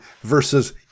versus